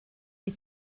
sie